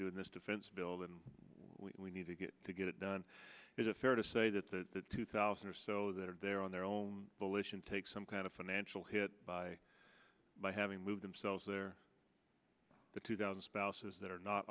do in this defense bill that we need to get to get it done is it fair to say that the two thousand or so that are there on their own volition take some kind of financial hit by by having moved themselves they're the two thousand spouses that are not